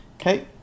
Okay